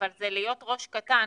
זה להיות ראש קטן,